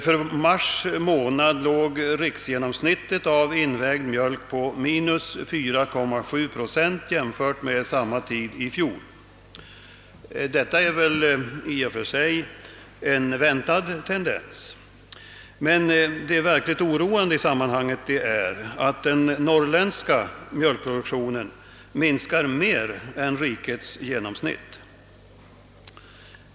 För mars månad låg riksgenomsnittet av invägd mjölk på minus 4,7 procent jämfört med genomsnittet under samma tid i fjol. Detta är väl i och för sig en väntad tendens. Men det verkligt oroande i sammanhanget är att den norrländska mjölkproduktionen minskar mer än rikets genomsnitt.